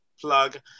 plug